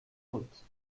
othe